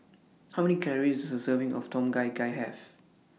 How Many Calories Does A Serving of Tom Kha Gai Have